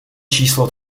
číslo